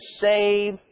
save